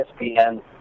ESPN